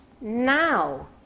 Now